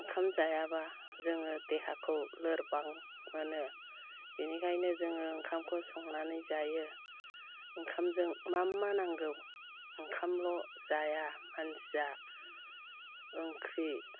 ओंखाम जायाबा जोङो देहाखौ लोरबां मोनो बिनिखायनो जोङो ओंखामखौ संनानै जायो ओंखामजों मा मा नांगौ ओंखामल' जाया मानसिया ओंख्रि